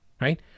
right